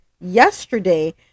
yesterday